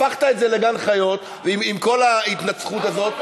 הפכת את זה לגן-חיות, עם כל ההתנצחות הזאת.